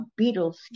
Beatles